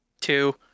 Two